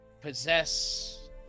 possess